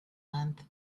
month